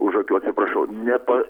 už akių atsiprašau nepa